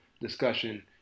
discussion